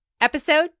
episode